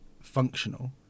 functional